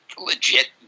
legit